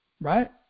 Right